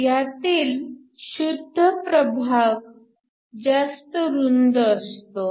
ह्यातील शुद्ध प्रभाग जास्त रुंद असतो